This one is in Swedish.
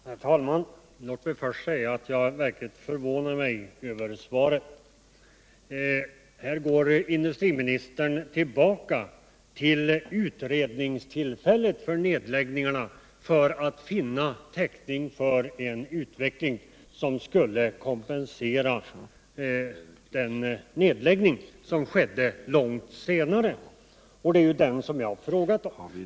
Herr talman! Först vill jag säga att jag verkligen förvånar mig över svaret. Här går industriministern tillbaka till utredningstillfället för att finna täckning för en utveckling, som skulle kompensera den nedläggning som skedde långt senare och som jag har frågat om.